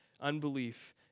unbelief